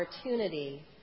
opportunity